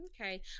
okay